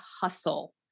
hustle